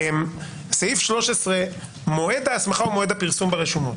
בסעיף 13 מועד ההסמכה הוא מועד הפרסום ברשומות.